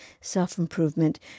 self-improvement